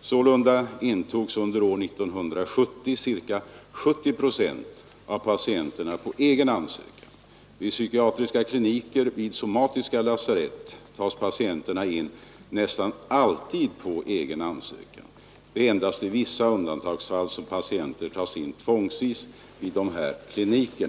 Sålunda intogs under år 1970 ca 70 procent av patienterna på egen ansökan, På psykiatriska kliniker vid somatiska lasarett tas patienterna nästan alltid in efter egen ansökan. Det är endast i vissa undantagsfall som patienter tas in tvångsvis vid dessa kliniker.